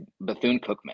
Bethune-Cookman